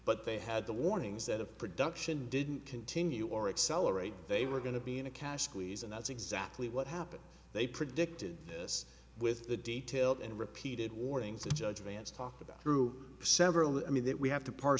but they had the warnings that a production didn't continue or accelerate they were going to be in a cash squeeze and that's exactly what happened they predicted this with the detailed and repeated warnings that judge vance talked about through several i mean that we have to par